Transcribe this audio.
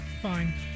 Fine